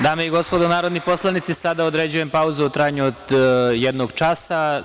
Dame i gospodo narodni poslanici, sada određujem pauzu u trajanju od jednog časa.